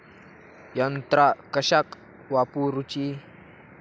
यंत्रा कशाक वापुरूची?